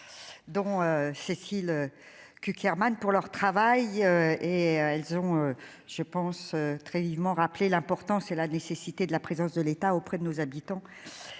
dont Cécile Cukierman pour leur travail et elles ont, je pense, très vivement rappelé l'importance et la nécessité de la présence de l'État auprès de nos habitants